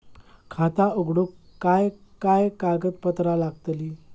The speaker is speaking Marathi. खाता उघडूक काय काय कागदपत्रा लागतली?